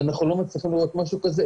ואני לא מצליחים לראות משהו כזה,